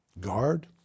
guard